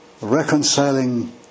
reconciling